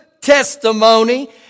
testimony